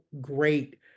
great